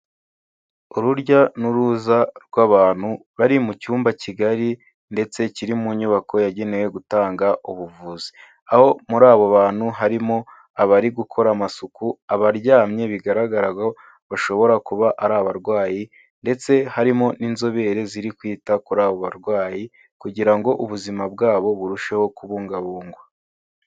Urujya n'uruza rw'abantu bari mu cyumba kigari ndetse kiri mu nyubako yagenewe gutanga ubuvuzi. Aho muri abo bantu harimo abari gukora amasuku, abaryamye bigaragara ko bashobora kuba ari abarwayi ndetse harimo n'inzobere ziri kwita kuri abo barwayi kugira ngo ubuzima bwabo burusheho kubungabungwa.